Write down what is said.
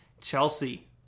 Chelsea